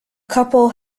couple